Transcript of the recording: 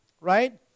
Right